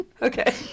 okay